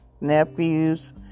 nephews